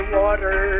water